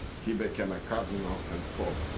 he became a cardinal ah and pope.